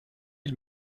ils